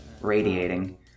radiating